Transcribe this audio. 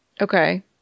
Okay